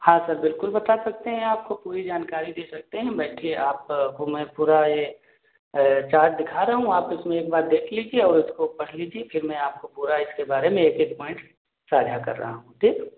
हाँ सर बिल्कुल बता सकते हैं आपको पूरी जानकारी दे सकते हैं बैठिए आपको मैं पूरा ये चार्ज दिखा रहा हूँ आप इसमें एक बार देख लीजिए और उसको पढ़ लीजिए फिर मैं आपको पूरा इसके बारे में एक एक पॉइन्ट साझा कर रहा हूँ ठीक